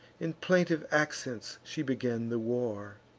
in plaintive accents she began the war,